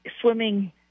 swimming